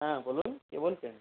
হ্যাঁ বলুন কে বলছেন